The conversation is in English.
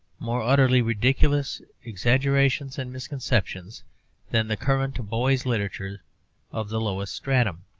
more utterly ridiculous exaggeration and misconception than the current boys' literature of the lowest stratum.